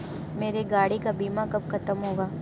मेरे गाड़ी का बीमा कब खत्म होगा?